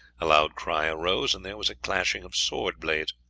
a loud cry arose, and there was a clashing of sword-blades.